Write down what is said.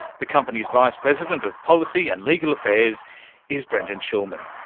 the company's vice president of policy and legal affairs is brendan schulman.